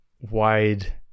wide